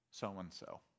So-and-so